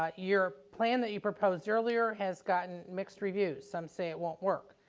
ah your plan that you proposed earlier has gotten mixed reviews. some say it won't work.